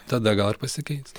tada gal ir pasikeis